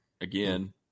again